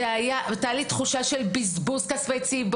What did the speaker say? הייתה לי תחושה של בזבוז כספי ציבור.